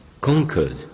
conquered